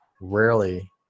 Rarely